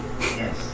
Yes